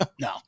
no